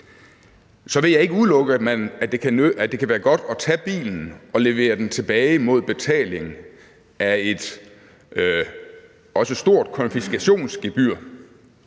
vil jeg ikke udelukke, at det kan være godt at tage bilen og levere den tilbage imod betaling af et også stort konfiskationsgebyr.